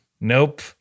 Nope